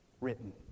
Written